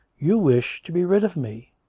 you wish to be rid of me.